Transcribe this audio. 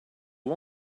you